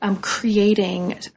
creating